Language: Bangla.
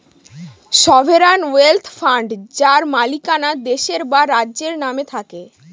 সভেরান ওয়েলথ ফান্ড যার মালিকানা দেশের বা রাজ্যের নামে থাকে